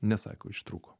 ne sako ištrūko